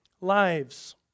lives